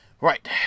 Right